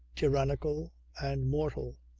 tyrannical and mortal,